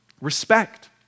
Respect